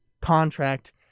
contract